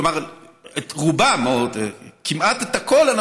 כלומר רובם או כמעט את הכול,